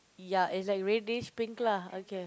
ya it's like reddish pink lah okay